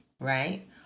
right